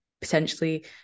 potentially